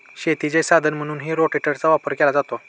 शेतीचे साधन म्हणूनही रोटेटरचा वापर केला जातो